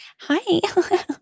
hi